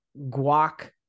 guac